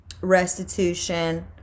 restitution